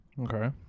Okay